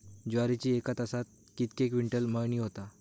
ज्वारीची एका तासात कितके क्विंटल मळणी होता?